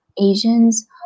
Asians